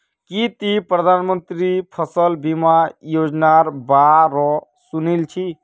की ती प्रधानमंत्री फसल बीमा योजनार बा र सुनील छि